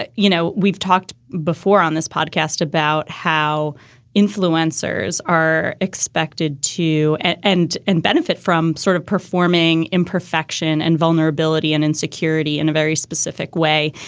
ah you know, we've talked before on this podcast about how influencers are expected to and and and benefit from sort of performing imperfection and vulnerability and insecurity in a very specific way.